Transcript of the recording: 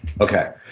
Okay